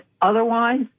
otherwise